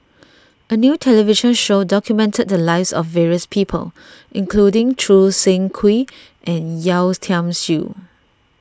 a new television show documented the lives of various people including Choo Seng Quee and Yeo Tiam Siew